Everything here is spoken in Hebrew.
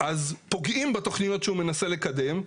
פוגעים בתכניות שהוא מנסה לקדם,